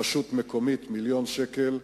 רשות מקומית, מיליון שקל,